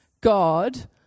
God